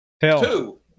two